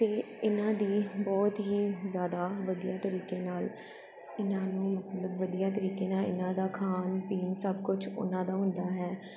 ਅਤੇ ਇਹਨਾਂ ਦੀ ਬਹੁਤ ਹੀ ਜ਼ਿਆਦਾ ਵਧੀਆ ਤਰੀਕੇ ਨਾਲ ਇਹਨਾਂ ਨੂੰ ਮਤਲਬ ਵਧੀਆ ਤਰੀਕੇ ਨਾਲ ਇਹਨਾਂ ਦਾ ਖਾਣ ਪੀਣ ਸਭ ਕੁਛ ਉਹਨਾਂ ਦਾ ਹੁੰਦਾ ਹੈ